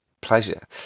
Pleasure